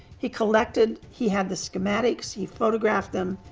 he collected, he had the schematics, he photographed them.